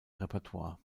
repertoire